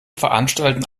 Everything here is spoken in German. veranstalten